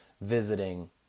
visiting